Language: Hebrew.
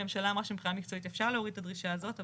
הממשלה אמרה שמבחינה מקצועית אפשר להוריד את הדרישה הזאת.